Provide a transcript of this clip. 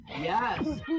yes